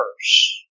verse